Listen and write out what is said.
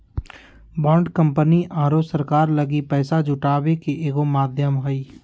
bond company आरो सरकार लगी पैसा जुटावे के एगो माध्यम हइ